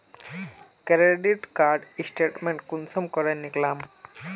Credit card statement कुंसम करे निकलाम?